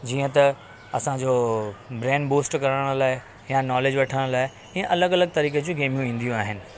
जीअं त असांजो ब्रैन बूस्ट करण लाइ या नॉलेज वठण लाइ हीअं अलॻि अलॻि तरीक़े जूं गेम्यूं ईंदियूं आहिनि